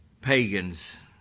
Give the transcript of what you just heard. Pagans